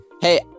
Hey